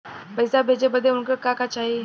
पैसा भेजे बदे उनकर का का चाही?